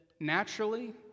naturally